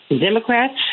Democrats